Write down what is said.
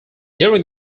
during